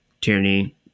tyranny